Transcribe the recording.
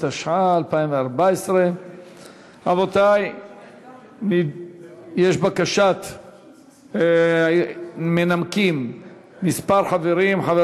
התשע"ה 2014. מנמקים כמה חברים: חבר